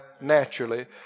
naturally